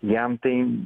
jam tai